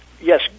Yes